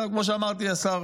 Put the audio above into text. כמו שאמרתי לשר,